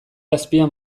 azpian